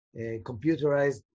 computerized